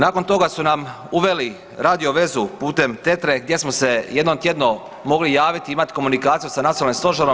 Nakon toga su nam uveli radiovezu putem TETRA-e gdje smo se jednom tjedno mogli javiti i imati komunikaciju sa nacionalnim stožerom.